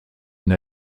and